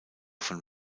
von